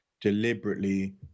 deliberately